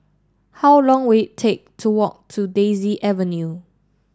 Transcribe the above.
how long will it take to walk to Daisy Avenue